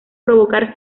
provocar